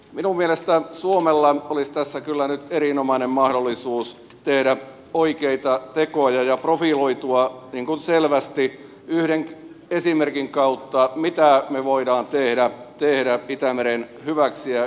minun mielestäni suomella olisi tässä kyllä nyt erinomainen mahdollisuus tehdä oikeita tekoja ja profiloitua selvästi yhden esimerkin kautta mitä me voimme tehdä itämeren hyväksi ja luonnon hyväksi